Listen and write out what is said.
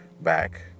back